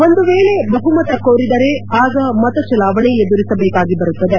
ಒಂದು ವೇಳೆ ಬಹುಮತ ಕೋರಿದರೆ ಆಗ ಮತ ಚಲಾವಣೆ ಎದುರಿಸಬೇಕಾಗಿ ಬರುತ್ತದೆ